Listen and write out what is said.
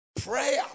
Prayer